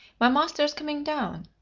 my master is coming down